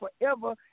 forever